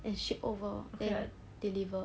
and shipped over then deliver